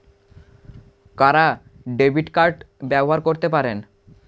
কারা debit card ব্যবহার করতে পারেন?